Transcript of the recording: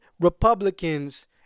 Republicans